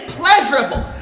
pleasurable